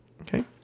Okay